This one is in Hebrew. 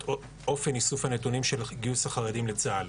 אופן איסוף הנתונים של גיוס החרדים לצה"ל.